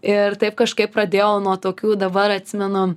ir taip kažkaip pradėjau nuo tokių dabar atsimenu